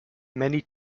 many